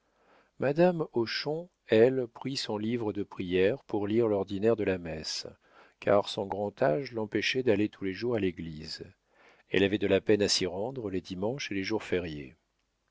madame hochon elle prit son livre de prières pour lire l'ordinaire de la messe car son grand âge l'empêchait d'aller tous les jours à l'église elle avait de la peine à s'y rendre les dimanches et les jours fériés